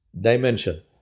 dimension